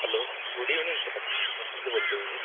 hello good evening sir बोलतो आहे मी